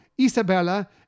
Isabella